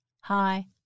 Hi